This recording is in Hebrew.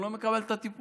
הוא לא מקבל את הטיפול,